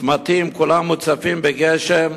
צמתים, כולם מוצפים בגשם.